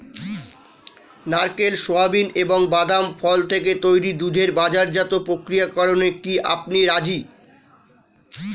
নারকেল, সোয়াবিন এবং বাদাম ফল থেকে তৈরি দুধের বাজারজাত প্রক্রিয়াকরণে কি আপনি রাজি?